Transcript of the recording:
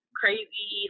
crazy